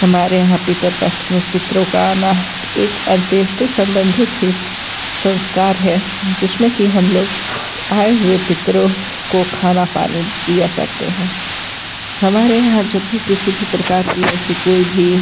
हमारे यहाँ पित्रपक्ष पित्रों का आना एक अंत्येष्टि सम्बंधित ही संस्कार है जिसमें कि हम लोग आए हुए पित्रों को खाना पानी दिया करते हैं हमारे यहाँ जब भी किसी भी प्रकार की ऐसी कोई भी